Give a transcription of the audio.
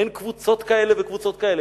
אין קבוצות כאלה וקבוצות כאלה.